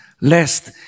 lest